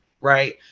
right